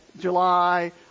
july